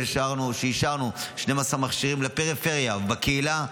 אישרנו 12 מכשירים לפריפריה בקהילה,